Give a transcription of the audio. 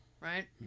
right